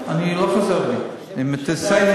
אני מכיר מה זה, אני אחזור על זה.